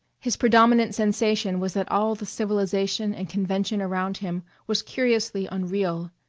his predominant sensation was that all the civilization and convention around him was curiously unreal.